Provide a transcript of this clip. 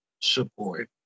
support